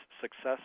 Success